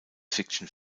fiction